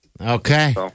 Okay